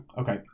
Okay